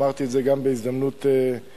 אמרתי את זה גם בהזדמנות אחרת,